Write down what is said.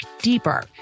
deeper